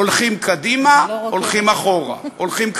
הולכים קדימה, הולכים אחורה, הולכים קדימה,